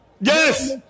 Yes